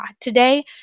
Today